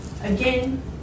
Again